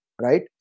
Right